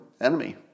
enemy